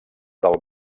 del